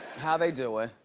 how they doin'?